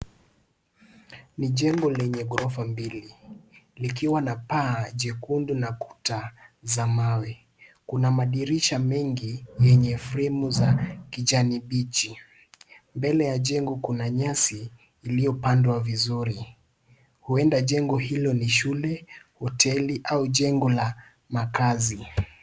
Ni jimbo lenye gorofa mbili. Likiwa na paa jekundu na ukuta za maa. Kuna madirisha mengi yenye frame za kijani bichi. Mbele ya jengo kuna nyasi, iliyopandwa vizuri. Huenda jengo hilo ni shule, hoteli au jengo la makazi.